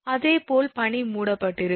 அதே போல் பனி மூடப்பட்டிருக்கும்